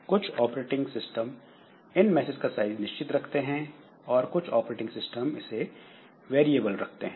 कुछ operating system इन message का साइज निश्चित रखते हैं और कुछ ऑपरेटिंग सिस्टम इसे वेरिएबल रखते हैं